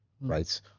right